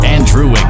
Andrew